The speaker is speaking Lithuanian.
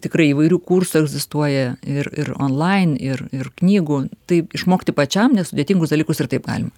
tikrai įvairių kursų egzistuoja ir ir onlain ir ir knygų tai išmokti pačiam nesudėtingus dalykus ir taip galima